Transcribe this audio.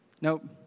Nope